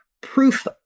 proof